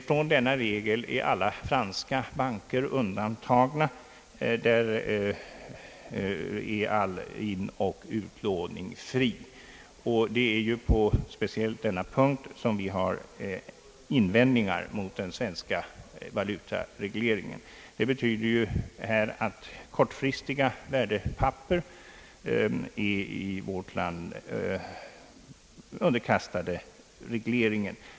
Från denna regel är alla franska banker undantagna. För dessa är all inoch utlåning fri. Det är speciellt på denna punkt som vi har invändningar att rikta mot den svenska valutaregleringen. Denna innebär att även kort fristiga värdepapper i vårt land är underkastade dess kontroll.